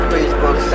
Facebook